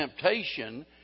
temptation